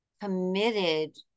committed